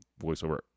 voiceover